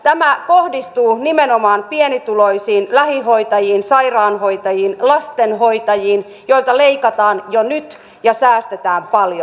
tämä kohdistuu nimenomaan pienituloisiin lähihoitajiin sairaanhoitajiin lastenhoitajiin joilta leikataan jo nyt ja säästetään paljon